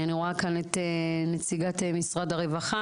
אני רואה כאן את נציגת משרד הרווחה,